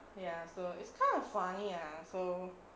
ya so it's kind of funny ah so